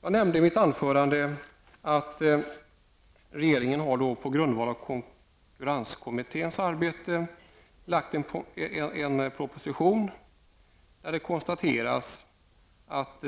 Jag nämnde i mitt anförande att regeringen på grundval av konkurrenskommitténs arbete har lagt fram en proposition, där det konstateras att